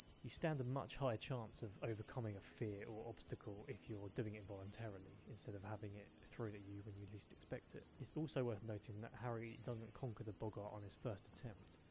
you stand a much higher chance of overcoming a fear or obstacle if you're doing it voluntarily, instead of having it thrown at you when you least expect it. it's also worth noting that harry doesn't conquer the boggart on his first attempt.